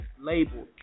labeled